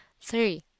Three